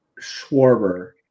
Schwarber